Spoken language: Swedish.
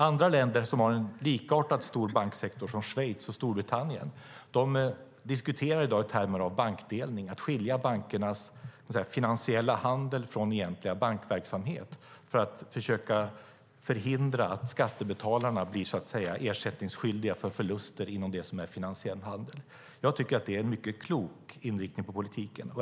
Andra länder som har en likartat stor banksektor, som Schweiz och Storbritannien, diskuterar i dag i termer av bankdelning - att skilja bankernas finansiella handel från deras egentliga bankverksamhet, för att försöka förhindra att skattebetalarna blir så att säga ersättningsskyldiga för förluster inom det som är finansiell handel. Jag tycker att det är en mycket klok inriktning på politiken.